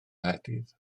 nghaerdydd